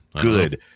good